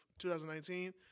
2019